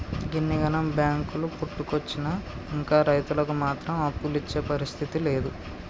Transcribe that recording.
గిన్నిగనం బాంకులు పుట్టుకొచ్చినా ఇంకా రైతులకు మాత్రం అప్పులిచ్చే పరిస్థితి లేదు